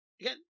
Again